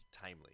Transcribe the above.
timely